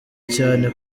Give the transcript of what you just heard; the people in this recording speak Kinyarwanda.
cyane